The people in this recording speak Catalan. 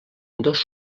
dos